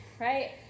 right